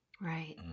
Right